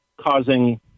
causing